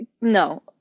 no